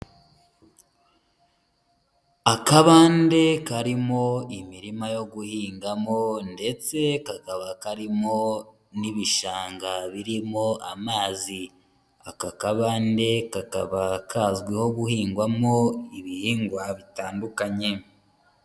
Akabande karimo imirima yo guhingamo ndetse kakaba karimo n'ibishanga birimo amazi, aka kabande kakaba kazwiho guhingwamo ibihingwa bitandukanye.